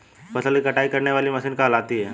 फसल की कटाई करने वाली मशीन कहलाती है?